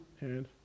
hand